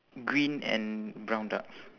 green and brown ducks